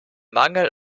mangel